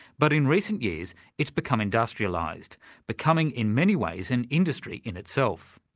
but in recent years it's become industrialised becoming in many ways an industry in itself.